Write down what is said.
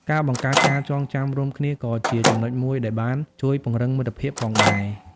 ការបង្កើតការចងចាំរួមគ្នាក៏ជាចំណុចមួយដែលបានជួយពង្រឹងមិត្តភាពផងដែរ។